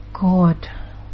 God